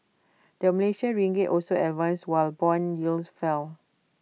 the Malaysian ringgit also advanced while Bond yields fell